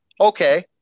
okay